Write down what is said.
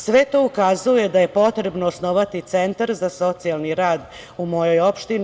Sve to ukazuje da je potrebno osnovati centar za socijalni rad u mojoj opštini.